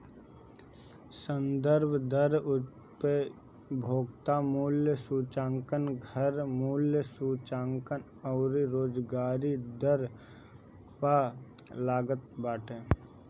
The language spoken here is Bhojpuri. संदर्भ दर उपभोक्ता मूल्य सूचकांक, घर मूल्य सूचकांक अउरी बेरोजगारी दर पअ लागत बाटे